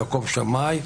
יעקב שמאי,